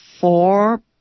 four